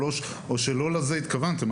או שלא לזה התכוונתם.